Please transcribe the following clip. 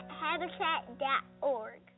habitat.org